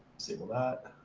save all that.